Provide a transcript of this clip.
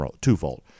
twofold